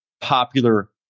popular